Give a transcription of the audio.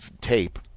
tape